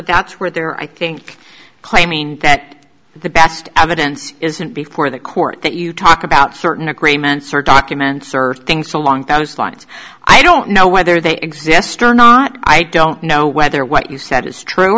that's where they're i think claiming that the best evidence isn't before the court that you talk about certain agreements or document served things along those lines i don't know whether they exist or not i don't know whether what you said is true